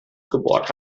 gebohrt